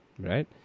Right